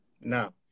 Now